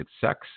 sex